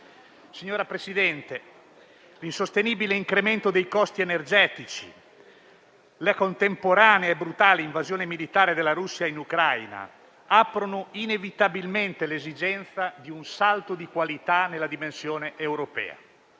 Signor Presidente, l'insostenibile incremento dei costi energetici e la contemporanea e brutale invasione militare della Russia in Ucraina aprono inevitabilmente l'esigenza di un salto di qualità nella dimensione europea.